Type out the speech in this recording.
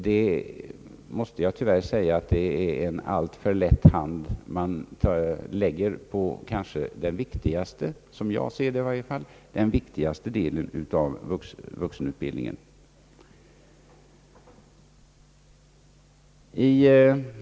Man lägger tyvärr en alltför lätt hand på den, såsom jag ser saken, kanske viktigaste delen av vuxenutbildningen.